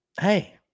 hey